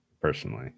personally